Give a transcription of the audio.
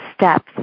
steps